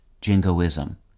jingoism